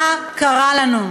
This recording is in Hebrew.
מה קרה לנו?